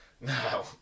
Now